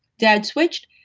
dad switched.